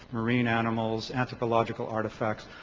marine animals, anthropological artifacts,